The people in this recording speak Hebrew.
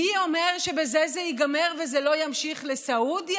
מי אומר שבזה זה ייגמר וזה לא ימשיך לסעודיה,